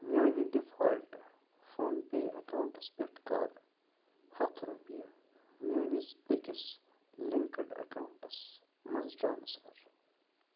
میٛانہِ default phone پے accounts پٮ۪ٹھٕ کَر ہَتھ رۄپیہِ میٛٲنِس بیٚکِس لِنٛکٕڈ اٮ۪کاوُنٛٹَس منٛز ٹرٛانسفَر